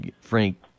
Frank